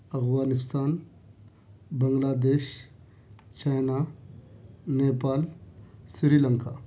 Afghanistan Bangladesh China Nepal Sri Lanka